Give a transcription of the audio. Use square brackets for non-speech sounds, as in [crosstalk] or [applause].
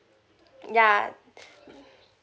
ya [breath]